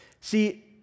See